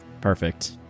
Perfect